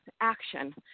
action